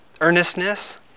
earnestness